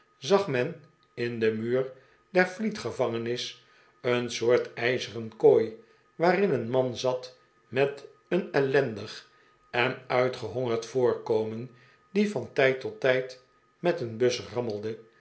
zag men in den muur der fleet gevangenis een soort ijzeren kooi waarin een man zat met een ellendig en uitgehongerd voorkomen die van tijd tot tijd met een bus rammelde